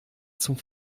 zum